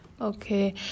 Okay